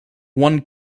one